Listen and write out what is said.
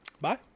Bye